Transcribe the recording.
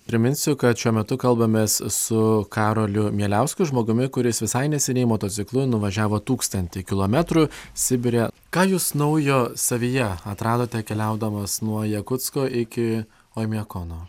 priminsiu kad šiuo metu kalbamės su karoliu mieliausku žmogumi kuris visai neseniai motociklu nuvažiavo tūkstantį kilometrų sibire ką jūs naujo savyje atradote keliaudamas nuo jakutsko iki oimiakono